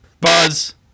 Buzz